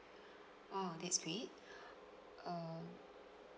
oh that's great err